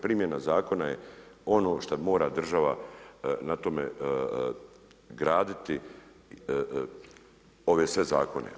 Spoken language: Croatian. Primjena zakona je ono šta mora država na tome graditi ove sve zakone.